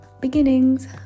beginnings